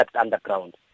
underground